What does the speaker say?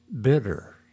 bitter